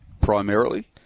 primarily